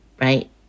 right